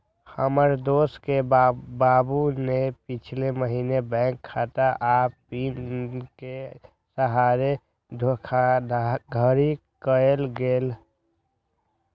हमर दोस के बाबू से पिछले महीने बैंक खता आऽ पिन के सहारे धोखाधड़ी कएल गेल